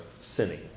sinning